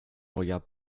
regarde